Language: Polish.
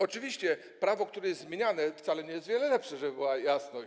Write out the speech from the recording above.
Oczywiście prawo, które jest zmieniane, wcale nie jest o wiele lepsze, żeby była jasność.